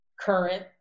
current